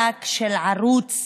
שיהיה מבזק של ערוץ